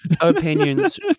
opinions